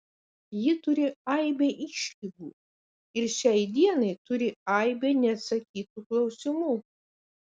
ji turi aibę išlygų ir šiai dienai turi aibę neatsakytų klausimų